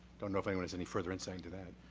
don't know if anyone has any further insight to that.